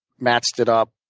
matched it up.